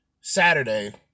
Saturday